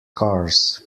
cars